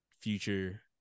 future